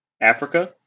Africa